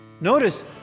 Notice